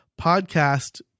podcast